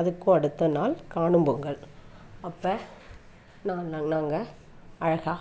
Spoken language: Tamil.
அதுக்கும் அடுத்த நாள் காணும் பொங்கல் அப்போ நாங் நாங் நாங்கள் அழகாக